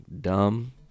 dumb